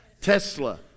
Tesla